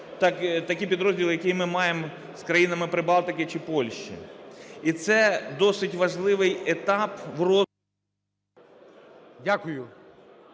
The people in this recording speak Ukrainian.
такі підрозділи, які ми маємо з країнами Прибалтики чи Польщі. І це досить важливий етап… ГОЛОВУЮЧИЙ. Дякую.